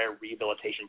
rehabilitation